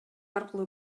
аркылуу